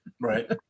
Right